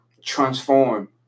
transform